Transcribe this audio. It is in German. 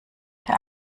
der